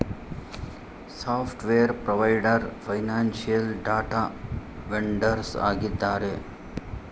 software provider, financial data vendors ಆಗಿದ್ದಾರೆ